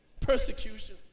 persecution